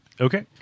Okay